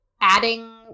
adding